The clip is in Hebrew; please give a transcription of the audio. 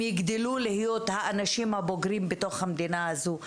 יגדלו להיות האנשים הבוגרים במדינה הזאת,